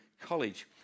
college